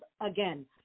again